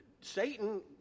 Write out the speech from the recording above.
Satan